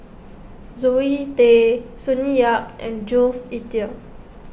Zoe Tay Sonny Yap and Jules Itier